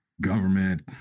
government